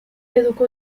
educó